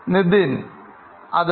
Nithin അതെ